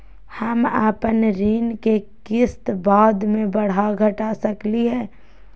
हम अपन ऋण के किस्त बाद में बढ़ा घटा सकई हियइ?